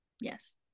Yes